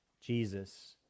Jesus